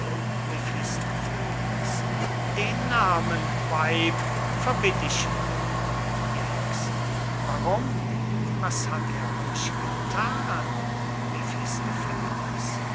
den nahmen weib verbitt ich mir die hexe warum was hat er euch gethan